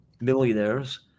millionaires